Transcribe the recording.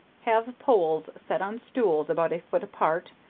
have poles set on stools about a foot apart,